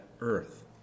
earth